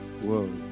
Whoa